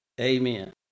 Amen